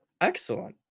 excellent